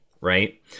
right